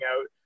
out